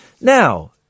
Now